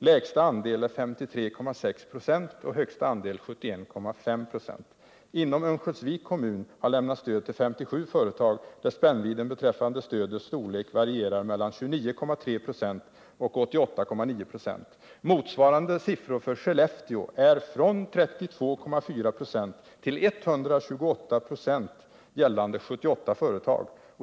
Lägsta andel är 53,6 96 och högsta andel 71,5 926. Inom Örnsköldsviks kommun har lämnats stöd till 57 företag, och spännvidden beträffande stödets storlek varierar mellan 29,3 96 och 88,9 26. Motsvarande siffror för Skellefteå är från 32,4 96 till 128,2 96 gällande 78 företag.